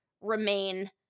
remain